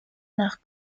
nach